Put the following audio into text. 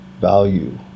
value